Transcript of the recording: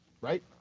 Right